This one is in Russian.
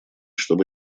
чтобы